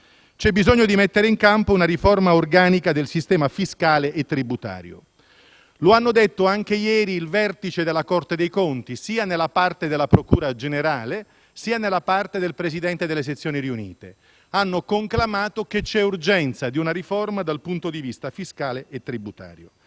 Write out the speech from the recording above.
C'è bisogno di mettere in campo una riforma organica del sistema fiscale e tributario, lo ha detto anche ieri il vertice della Corte dei conti, sia nella parte della procura generale, sia nella parte del Presidente delle sezioni riunite, che hanno conclamato che c'è urgenza di una riforma dal punto di vista fiscale e tributario.